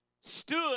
stood